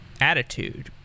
attitude